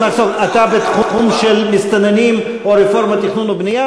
אתה בתחום של מסתננים או של רפורמת תכנון ובנייה,